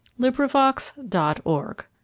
LibriVox.org